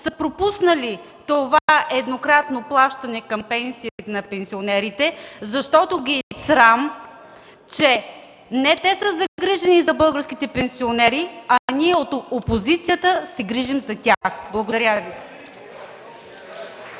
са пропуснали това еднократно плащане към пенсиите на пенсионерите, защото ги е срам, че не те са загрижени за българските пенсионери, а ние от опозицията, се грижим за тях. Благодаря Ви.